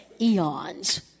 eons